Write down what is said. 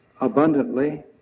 abundantly